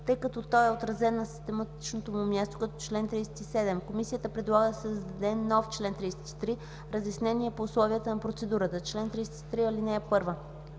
тъй като е отразен на систематичното му място като чл. 37. Комисията предлага да се създаде нов чл. 33: „Разяснения по условията на процедурата Чл. 33. (1) Лицата